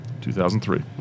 2003